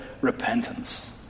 repentance